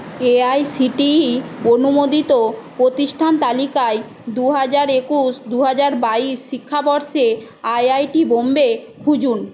A I C T E অনুমোদিত প্রতিষ্ঠান তালিকায় দু হাজার একুশ দু হাজার বাইশ শিক্ষাবর্ষে আই আই টি বম্বে খুঁজুন